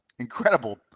incredible